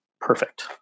perfect